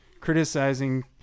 criticizing